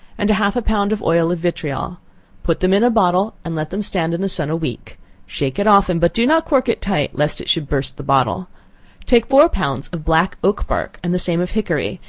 and half a pound of oil of vitriol put them in a bottle, and let them stand in the sun a week shake it often, but do not cork it tight, lest it should burst the bottle take four pounds of black-oak bark, and the same of hickory,